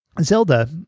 Zelda